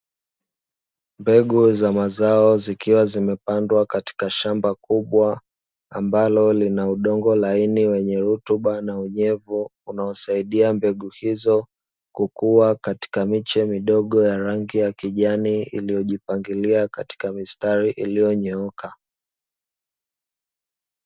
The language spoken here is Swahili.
Mbegu za mazao zikiwa zimepandwa katika shamba kubwa ambalo lina udongo laini wenye rutuba na unyevu unaosaidia mbegu hizo kukua katika miche midogo ya rangi ya kijani iliyojipangilia katika mistari iliyonyooka.